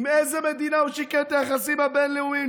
עם איזו מדינה הוא שיקם את היחסים הבין-לאומיים?